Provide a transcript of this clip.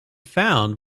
found